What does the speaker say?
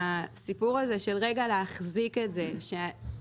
הסיפור הזה של רגע להחזיק את זה שדרך